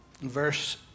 verse